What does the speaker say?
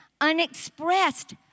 Unexpressed